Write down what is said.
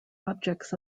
objects